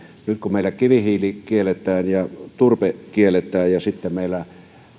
kun meillä kivihiili kielletään ja turve kielletään ja ja sitten meillä